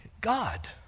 God